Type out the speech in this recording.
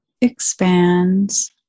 expands